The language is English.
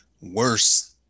worse